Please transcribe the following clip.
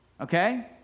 okay